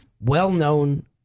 well-known